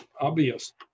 obvious